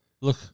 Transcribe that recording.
Look